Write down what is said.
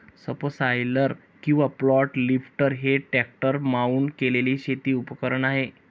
subsoiler किंवा flat lifter हे tractor mount केलेले शेती उपकरण आहे